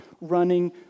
running